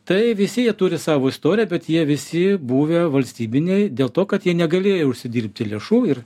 tai visi jie turi savo istoriją bet jie visi buvę valstybiniai dėl to kad jie negalėjo užsidirbti lėšų ir